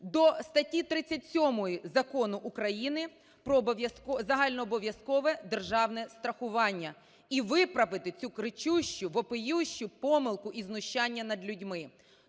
до статті 37 Закону України про загальнообов'язкове державне страхування і виправити цю кричущу, вопиющу помилку і знущання над людьми.